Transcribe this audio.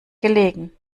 gelegen